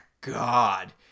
god